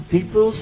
People